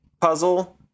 puzzle